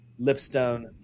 Lipstone